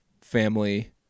family